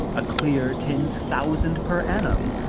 a clear ten thousand per annum.